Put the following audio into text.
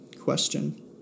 question